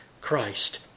Christ